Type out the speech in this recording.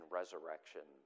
resurrection